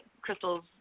crystals